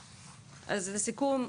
לסיכום,